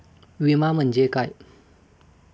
विमा म्हणजे काय?